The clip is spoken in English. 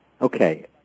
Okay